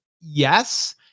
Yes